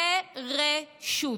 לרשות.